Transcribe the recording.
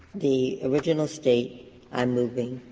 the original state i'm moving